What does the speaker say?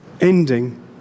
ending